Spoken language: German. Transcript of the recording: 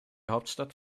hauptstadt